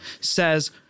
says